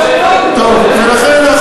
ולכן,